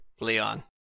Leon